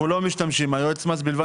אנחנו לא משתמשים, היועץ מס בלבד.